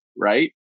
right